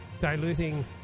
diluting